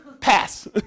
Pass